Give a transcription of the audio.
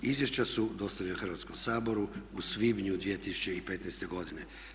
Izvješća su dostavljena Hrvatskom saboru u svibnju 2015. godine.